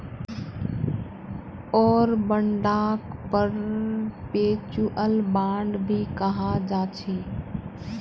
war बांडक perpetual bond भी कहाल जाछे